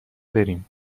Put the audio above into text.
بریم